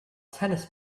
tennis